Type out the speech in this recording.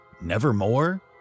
Nevermore